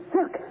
Look